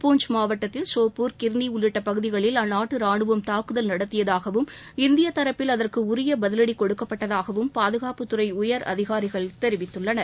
பூஞ்ச் மாவட்டத்தில் ஷாப்பூர் கிர்ணி உள்ளிட்டப் பகுதிகளில் அந்நாட்டு ரானுவம் தாக்குதல் நடத்தியதாகவும் இந்திய தரப்பில் அதற்கு உரிய பதில்டி கொடுக்கப்பட்டதாகவும் பாதுகாப்புத்துறை உயரதிகாரிகள் தெரிவித்தனர்